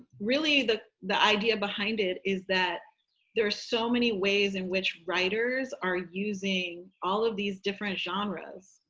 really, the the idea behind it is, that there are so many ways in which writers are using all of these different genres.